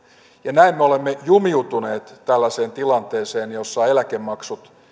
ja näin me olemme jumiutuneet tällaiseen tilanteeseen jossa eläkemaksut